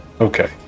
Okay